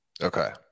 Okay